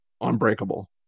unbreakable